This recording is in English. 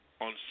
on